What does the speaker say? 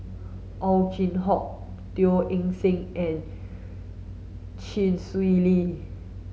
Ow Chin Hock Teo Eng Seng and Chee Swee Lee